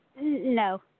No